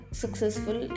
successful